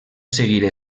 seguir